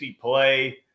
play